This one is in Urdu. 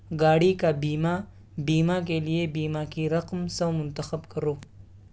گاڑی کا بیمہ بیمہ کے لیے بیمہ کی رقم سو منتخب کرو